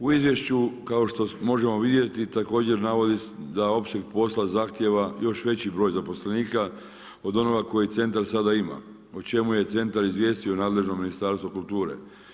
U izvješću kao što možemo vidjeti također navodi se da opseg posla zahtijeva još veći broj zaposlenika od onoga koji centar sada ima, o čemu je centar izvijestio nadležno Ministarstvo kulture.